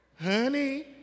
honey